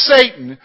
Satan